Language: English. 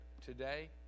today